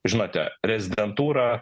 žinote rezidentūra